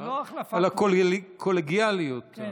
על הקולגיאליות.